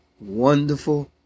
wonderful